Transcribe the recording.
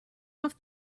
off